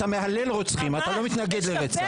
אתה מהלל רוצחים, אתה לא מתנגד לרצח.